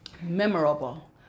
memorable